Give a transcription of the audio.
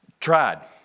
tried